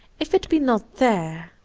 if it be not there,